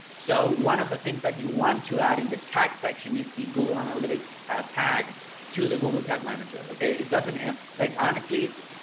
so one of the things that you want to add in the tag section is the google analytics tag to the google tag manager, okay, it doesn't like honestly,